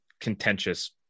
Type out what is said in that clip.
contentious